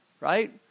right